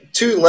two